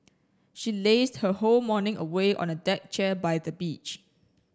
she lazed her whole morning away on a deck chair by the beach